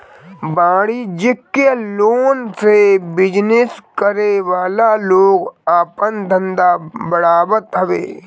वाणिज्यिक लोन से बिजनेस करे वाला लोग आपन धंधा बढ़ावत हवे